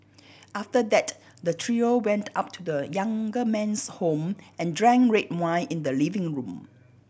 after that the trio went up to the younger man's home and drank red wine in the living room